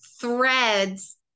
threads